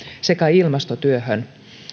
sekä ilmastotyöhön